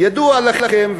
ידוע לכם,